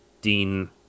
Dean